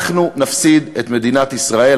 אנחנו נפסיד את מדינת ישראל,